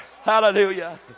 Hallelujah